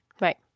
Right